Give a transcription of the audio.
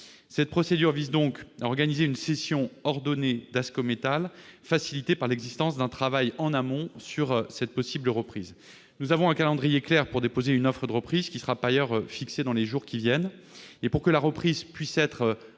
en cours vise donc à organiser une cession ordonnée d'Ascométal, facilitée par l'existence d'un travail en amont sur cette possible reprise. Nous avons un calendrier clair pour déposer une offre de reprise, qui sera par ailleurs fixé dans les jours qui viennent. Pour que la reprise soit